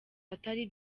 atari